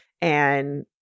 and-